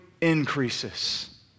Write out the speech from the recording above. increases